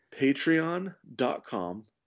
Patreon.com